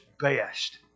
best